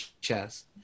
chess